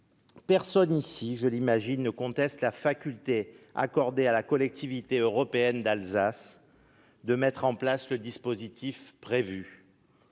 Personne ici- je l'imagine -ne conteste la faculté accordée à la Collectivité européenne d'Alsace de mettre en place le dispositif prévu.